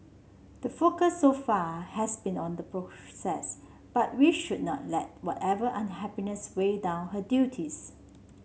the focus so far has been on the but we should not let whatever unhappiness weigh down her duties